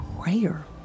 prayer